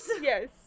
Yes